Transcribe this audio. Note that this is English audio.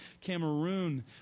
Cameroon